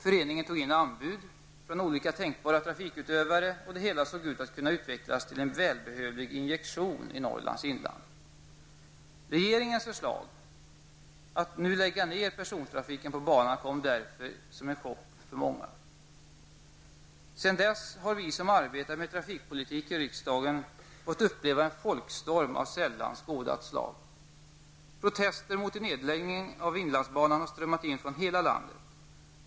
Föreningen tog in anbud från olika tänkbara trafikutövare och det hela såg ut att kunna utvecklas till en välbehövlig injektion i Norrlands inland. Sedan dess har vi som arbetar med trafikpolitik i riksdagen fått uppleva en folkstorm av sällan skådat slag. Protester mot en nedläggning av inlandsbanan har strömmat in från hela landet.